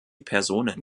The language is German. personen